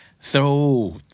Throw